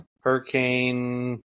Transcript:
Hurricane